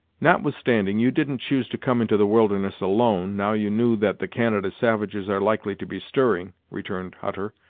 notwithstanding, you didn't choose to come into the wilderness alone, now you knew that the canada savages are likely to be stirring, returned hutter,